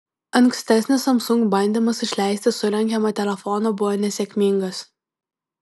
ankstesnis samsung bandymas išleisti sulenkiamą telefoną buvo nesėkmingas